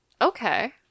Okay